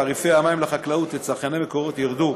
תעריפי המים לחקלאות לצרכני "מקורות" ירדו